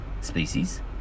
species